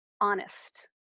honest